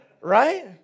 Right